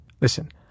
Listen